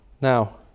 Now